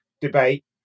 debate